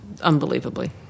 unbelievably